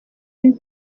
une